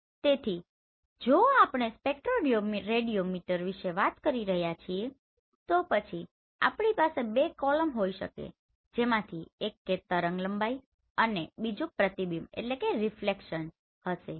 તેથી જો આપણે સ્પેક્ટ્રોરેડિયોમીટર વિશે વાત કરી રહ્યા છીએ તો પછી આપણી પાસે બે કોલમ હોઈ શકે છે જેમાંથી એક તરંગલંબાઇ અને બીજું પ્રતિબિંબ હશે